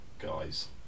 Guys